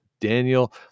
Daniel